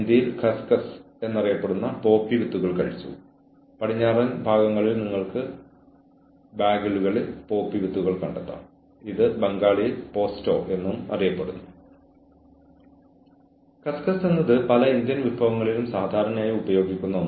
പേര് സൂചിപ്പിക്കുന്നത് പോലെ ഇത് അവരുടെ സ്വന്തം പെരുമാറ്റം നിരീക്ഷിക്കാനും അവരുടെ പ്രവർത്തനങ്ങളുടെ ഉത്തരവാദിത്തം ഏറ്റെടുക്കാനും ജീവനക്കാരെ പ്രോത്സാഹിപ്പിക്കുന്നു